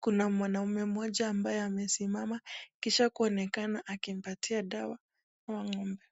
kuna mwanaume moja ambaye amesimama, kisha kuonekana akimpatia dawa hawa ngombe.